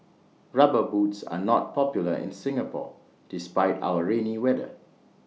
rubber boots are not popular in Singapore despite our rainy weather